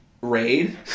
raid